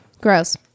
Gross